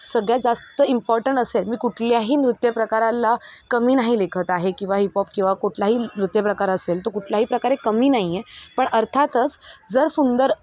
सगळ्यात जास्त इम्पॉर्टंट असेल मी कुठल्याही नृत्यप्रकाराला कमी नाही लेखत आहे किंवा हिपॉप किंवा कुठलाही नृत्यप्रकार असेल तो कुठलाही प्रकारे कमी नाही आहे पण अर्थातच जर सुंदर